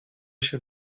się